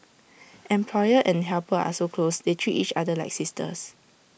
employer and helper are so close they treat each other like sisters